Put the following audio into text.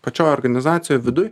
pačioj organizacijoj viduj